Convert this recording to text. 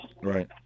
Right